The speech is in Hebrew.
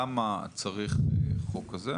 למה צריך את החוק הזה?